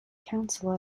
council